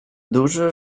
duże